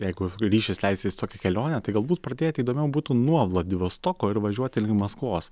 jeigu ryšis leistis į tokią kelionę tai galbūt pradėti įdomiau būtų nuo vladivostoko ir važiuoti link maskvos